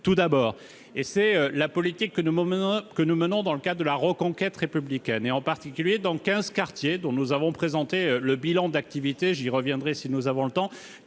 de sécurité. C'est la politique que nous menons dans le cadre de la reconquête républicaine, en particulier dans quinze quartiers. Nous en avons présenté le bilan d'activité- j'y reviendrai si nous en avons le temps